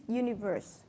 universe